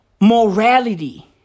morality